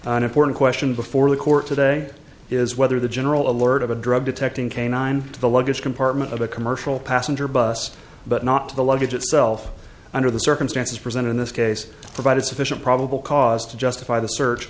an important question before the court today is whether the general alert of a drug detecting canine to the luggage compartment of a commercial passenger bus but not to the luggage itself under the circumstances present in this case provided sufficient probable cause to justify the search